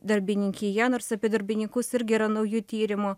darbininkija nors apie darbininkus irgi yra naujų tyrimų